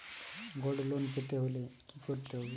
Gold loan পেতে হলে কি করতে হবে?